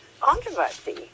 controversy